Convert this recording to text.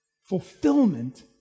fulfillment